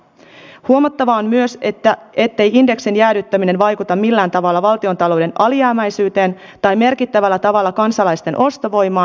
huomattavaa on myös ettei indeksin jäädyttäminen vaikuta millään tavalla valtiontalouden alijäämäisyyteen tai merkittävällä tavalla kansalaisten ostovoimaan